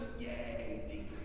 yay